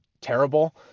terrible